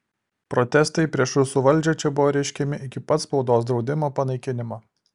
protestai prieš rusų valdžią čia buvo reiškiami iki pat spaudos draudimo panaikinimo